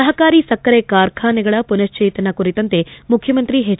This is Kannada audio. ಸಹಕಾರಿ ಸಕ್ಕರೆ ಕಾರ್ಖಾನೆಗಳ ಮನಶ್ಚೇತನ ಕುರಿತಂತೆ ಮುಖ್ಚುಮಂತ್ರಿ ಎಚ್